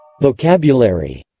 Vocabulary